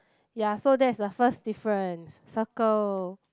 ya so that's the first difference circle